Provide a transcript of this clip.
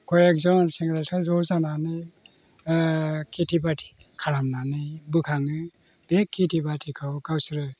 कय एकजन सेंग्रा सिख्ला ज' जानानै खेति बाति खालामनानै बोखाङो बे खेति बातिखौ गावसोरो